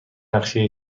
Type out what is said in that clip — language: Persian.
نقشه